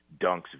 dunks